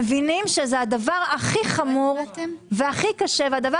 מבינים שזה הדבר הכי חמור והכי קשה והדבר